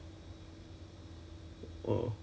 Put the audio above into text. oh is it I don't know is it their culture maybe lor